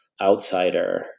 outsider